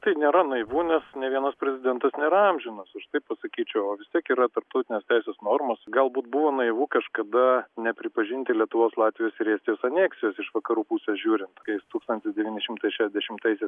tai nėra naivu nes nei vienas prezidentas nėra amžinas aš taip pasakyčiau o vis tiek yra tarptautinės teisės normos galbūt buvo naivu kažkada nepripažinti lietuvos latvijos ir estijos aneksijos iš vakarų pusės žiūrint kai jis tūkstantis devyni šimtai šedešimtaisiais